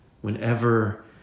whenever